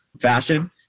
fashion